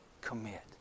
commit